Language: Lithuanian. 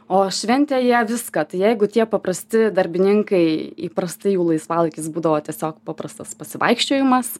o šventė jie viską jeigu tie paprasti darbininkai įprastai laisvalaikis būdavo tiesiog paprastas pasivaikščiojimas